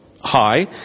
High